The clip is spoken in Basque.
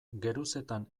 geruzetan